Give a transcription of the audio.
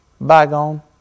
Bygone